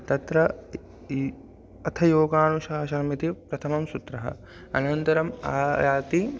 तत्र इ अथ योगानुशासनमिति प्रथमं सूत्रम् अनन्तरम् आयाति